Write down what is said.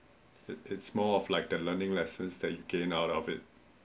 it~ it~ it's more of like the learning lessons that you gain out of it